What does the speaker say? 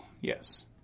Yes